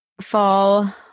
fall